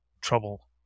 trouble